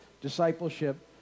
discipleship